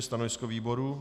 Stanovisko výboru?